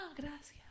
gracias